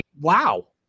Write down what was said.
wow